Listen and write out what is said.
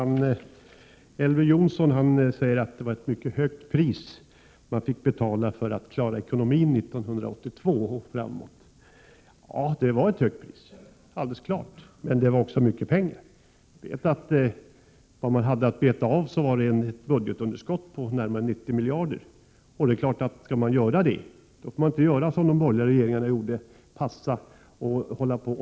Herr talman! Elver Jonsson säger att det var ett mycket högt pris man fick betala för att klara ekonomin 1982 och framåt. Ja, alldeles klart, det var ett 35 mycket högt pris. Men man hade att beta av ett budgetunderskott på närmare 90 miljarder. Då får man inte göra som de borgerliga regeringarna, nämligen ”passa” och ”dutta”.